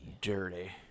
dirty